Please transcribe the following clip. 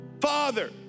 Father